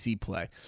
play